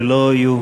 שלא יהיו